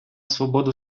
свободу